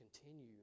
continue